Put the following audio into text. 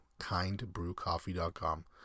kindbrewcoffee.com